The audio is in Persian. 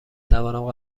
توانم